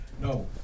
No